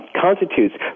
constitutes